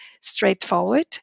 straightforward